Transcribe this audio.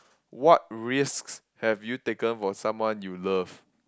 what risks have you taken for someone you love